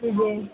جی جی